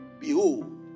behold